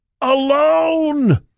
alone